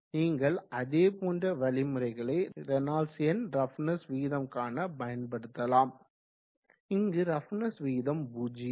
நீங்கள் அதேபோன்ற வழிமுறைகளை ரேனால்ட்ஸ் எண் ரஃப்னஸ் விகிதம் காண பயன்படுத்தலாம் இங்கு ரஃப்னஸ் விகிதம் 0